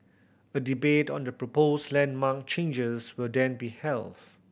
a debate on the proposed landmark changes will then be held